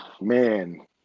Man